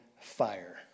fire